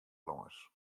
lâns